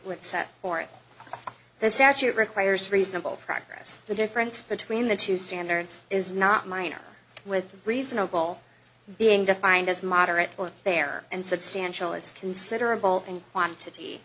t set forth the statute requires reasonable progress the difference between the two standards is not minor with reasonable being defined as moderate or there and substantial is considerable and quantity